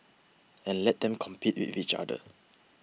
and let them compete with each other